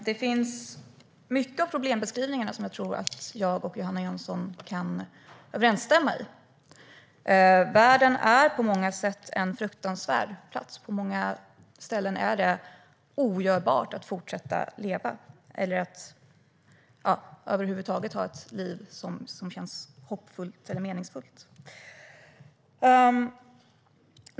Herr talman! Jag tror att jag och Johanna Jönsson kan vara överens om många av problembeskrivningarna. Världen är på många sätt en fruktansvärd plats. På många ställen är det omöjligt att fortsätta leva och ha ett liv som känns hoppfullt eller meningsfullt.